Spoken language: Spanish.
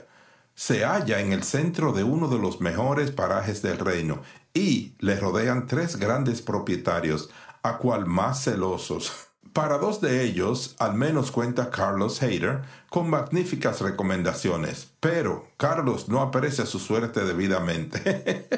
se halla en el centro de uno de los mejores paraje del reino y le rodean tres grandes propietarios a cual más celosos para dos de ellos al menos cuenta carlos hayter con magníficas recomendaciones no aprecia su suerte debidamenteobservó